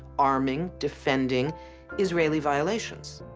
arming, defending israeli violations?